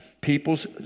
people's